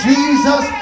Jesus